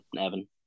evan